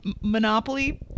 monopoly